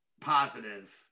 positive